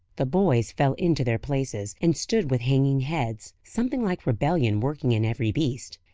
the boys fell into their places, and stood with hanging heads, something like rebellion working in every breast.